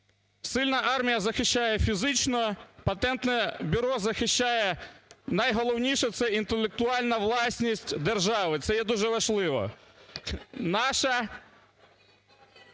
Сильна армія захищає фізично, патентне бюро захищає найголовніше це інтелектуальна власність держави. Це є дуже важливо.